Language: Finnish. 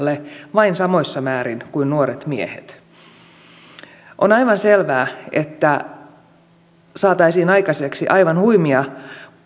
vain samoissa määrin kuin nuoret miehet on aivan selvää että saataisiin aikaiseksi aivan huimia